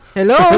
Hello